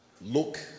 look